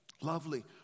lovely